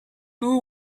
two